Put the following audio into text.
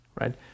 right